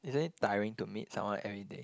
isn't it tiring to meet someone everyday